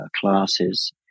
classes